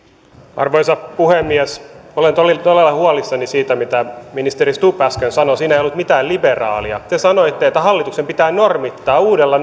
arvoisa puhemies olen todella huolissani siitä mitä ministeri stubb äsken sanoi siinä ei ollut mitään liberaalia te sanoitte että hallituksen pitää normittaa uudella